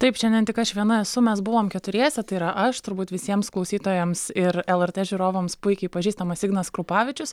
taip šiandien tik aš viena esu mes buvom keturiese tai yra aš turbūt visiems klausytojams ir lrt žiūrovams puikiai pažįstamas ignas krupavičius